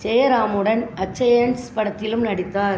ஜெயராமுடன் அச்சயன்ஸ் படத்திலும் நடித்தார்